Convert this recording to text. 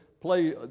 play